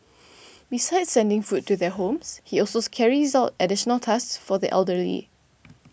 besides sending food to their homes he also carries out additional tasks for the elderly